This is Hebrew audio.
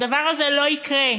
הדבר הזה לא יקרה.